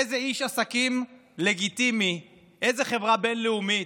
איזה איש עסקים לגיטימי, איזו חברה בין-לאומית,